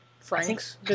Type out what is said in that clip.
Franks